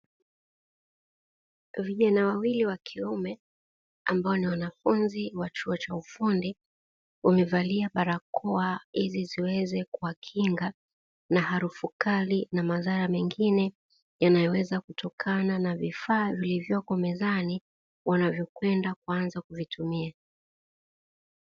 Vijana wawili wa kiume ambao ni wanafunzi wa chuo cha ufundi, wamevalia barakoa hizi ziweze kuwakinga na harufu kali na madhara mengine yanayoweza kutokana na vifaa vilivyoko mezani wanavyokwenda kuanza kuvitumia.